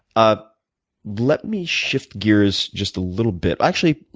ah let me shift years just a little bit. actually,